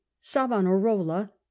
Savonarola